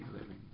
living